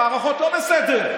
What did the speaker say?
המערכות לא בסדר.